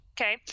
Okay